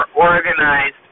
organized